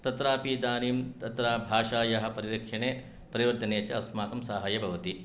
तत्रापि इदानीं तत्र भाषायाः परिरक्षणे परिवर्धने च अस्माकं साहाय्यं भवति